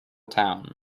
town